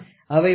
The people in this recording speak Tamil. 1 to 1